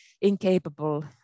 incapable